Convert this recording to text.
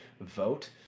vote